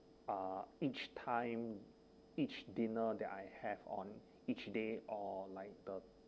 uh each time each dinner that I have on each day or like the